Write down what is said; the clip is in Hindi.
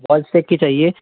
वॉल इस्टिक की चाहिए